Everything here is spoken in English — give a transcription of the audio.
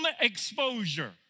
exposure